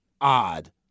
Odd